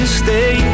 stay